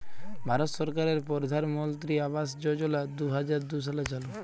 ভারত সরকারের পরধালমলত্রি আবাস যজলা দু হাজার দু সালে চালু